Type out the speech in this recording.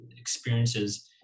experiences